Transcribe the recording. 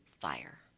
fire